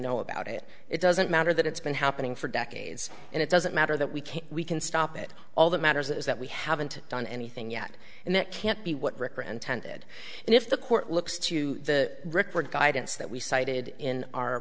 know about it it doesn't matter that it's been happening for decades and it doesn't matter that we can we can stop it all that matters is that we haven't done anything yet and that can't be what rick are intended and if the court looks to the record guidance that we cited in our